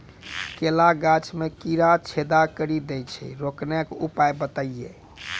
केला गाछ मे कीड़ा छेदा कड़ी दे छ रोकने के उपाय बताइए?